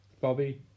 Bobby